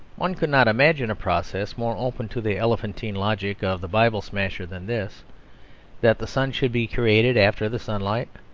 one could not imagine a process more open to the elephantine logic of the bible-smasher than this that the sun should be created after the sunlight.